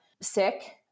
sick